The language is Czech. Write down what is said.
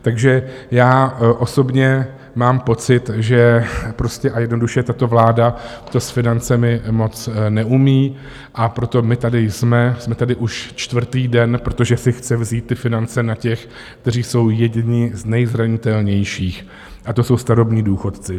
Takže já osobně mám pocit, že prostě a jednoduše tato vláda to s financemi moc neumí, a proto my tady jsme, jsme tady už čtvrtý den, protože si chce vzít ty finance na těch, kteří jsou jedni z nejzranitelnějších, a to jsou starobní důchodci.